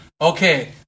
okay